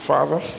Father